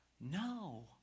No